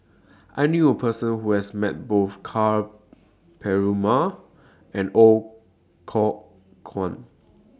I knew A Person Who has Met Both Ka Perumal and Ooi Kok Chuen